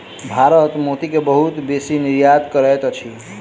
भारत मोती के बहुत बेसी निर्यात करैत अछि